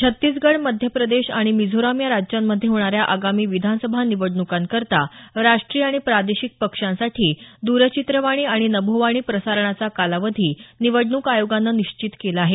छत्तीसगढ मध्यप्रदेश आणि मिझोराम या राज्यमध्ये होणाऱ्या आगामी विधानसभा निवडण्कांकरता राष्टीय आणि प्रादेशिक पक्षांसाठी दरचित्रवाणी आणि नभोवाणी प्रसारणाचा कालावधी निवडणूक आयोगानं निश्चित केला आहे